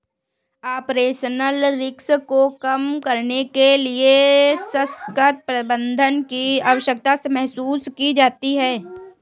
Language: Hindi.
ऑपरेशनल रिस्क को कम करने के लिए सशक्त प्रबंधन की आवश्यकता महसूस की जाती है